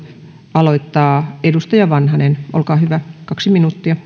aloittaa edustaja vanhanen olkaa hyvä kaksi minuuttia